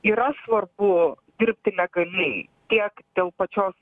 yra svarbu dirbti legaliai tiek dėl pačios